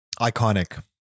Iconic